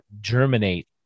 germinate